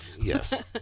Yes